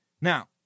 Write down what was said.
Now